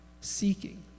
seeking